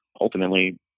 ultimately